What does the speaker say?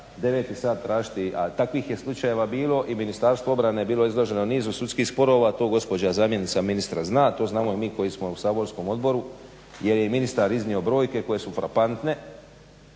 sat tražiti a takvih je slučajeva bilo. I Ministarstvo obrane je bilo izloženo nizu sudskih sporova. To gospođa zamjenica ministra zna. To znamo i mi koji smo u saborskom odboru, jer je ministar iznio brojke koje su frapantne,